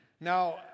Now